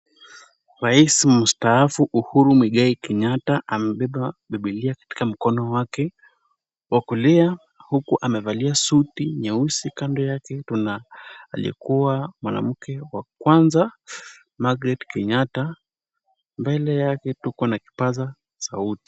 Rais mstaafu Uhuru Muigai Kenyatta amebeba Biblia katika mkono wake wa kulia huku amevalia suti nyeusi. Kando yake tuna aliyekuwa mwanamke wa kwanza Margaret Kenyatta. Mbele yake tuko na kipaza sauti.